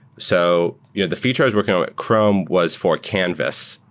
so you know the feature i was working ah at chrome was for canvas,